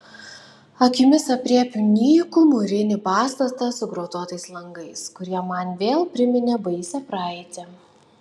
akimis aprėpiu nykų mūrinį pastatą su grotuotais langais kurie man vėl priminė baisią praeitį